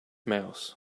mouse